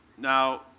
Now